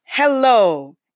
Hello